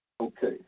Okay